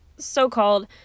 so-called